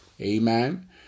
Amen